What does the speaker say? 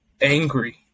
angry